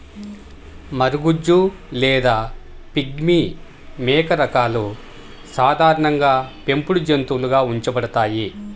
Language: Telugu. మరగుజ్జు లేదా పిగ్మీ మేక రకాలు సాధారణంగా పెంపుడు జంతువులుగా ఉంచబడతాయి